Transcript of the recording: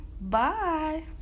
Bye